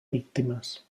víctimes